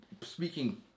speaking